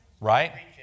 Right